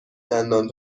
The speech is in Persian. دندان